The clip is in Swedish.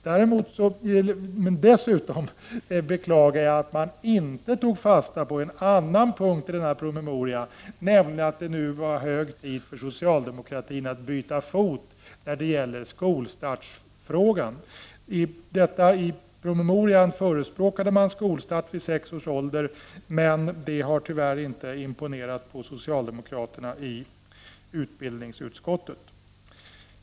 Dessutom beklagar jag att man inte tog fasta på en annan punkt i denna promemoria, nämligen att det var hög tid för socialdemokratin att byta fot när det gäller skolstartsfrågan. I pror. emorian förespråkades en skolstart vid sex års ålder, men det har tyvärr inte imponerat på socialdemokraterna i utbildningsutskottet.